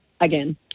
again